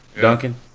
Duncan